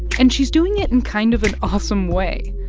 and she's doing it in kind of an awesome way,